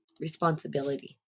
responsibility